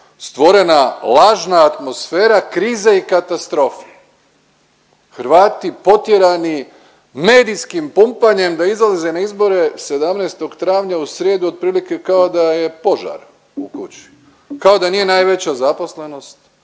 stvorena lažna atmosfera krize i katastrofe. Hrvati potjerani medijskim pumpanjem da izlaze na izbore 17. travnja, u srijedu, otprilike kao da je požar u kući. Kao da nije najveća zaposlenost,